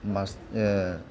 मास